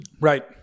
Right